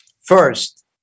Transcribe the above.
First